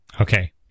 Okay